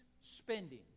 spending